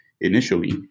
initially